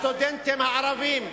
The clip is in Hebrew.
הסטודנטים הערבים.